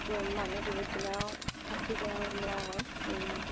মানুহ বিহুৰ দিনাও কাপোৰ লোৱা লোৱা হয়